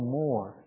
more